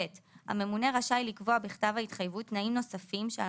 הממונה רשאי לקבוע בכתב ההתחייבות תנאים נוספים שעל